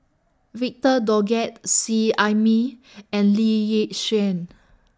Victor Doggett Seet Ai Mee and Lee Yi Shyan